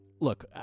Look